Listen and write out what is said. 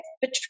betray